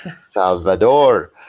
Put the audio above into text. Salvador